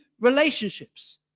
relationships